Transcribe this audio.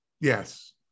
Yes